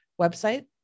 website